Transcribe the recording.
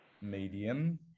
medium